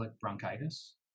bronchitis